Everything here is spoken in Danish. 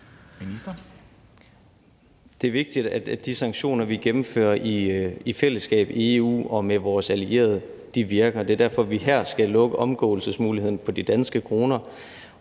Det er vigtigt, at de sanktioner, vi gennemfører i fællesskab i EU og med vores allierede, virker, og det er derfor, at vi her skal lukke omgåelsesmuligheden for de danske kroner.